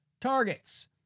Targets